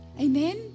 amen